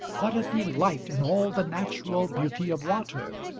what a delight in all the natural beauty of water,